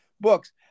books